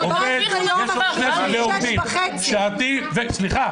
יש שני סוגי עובדים: שעתי וגלובלי.